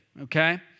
Okay